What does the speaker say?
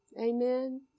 Amen